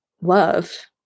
love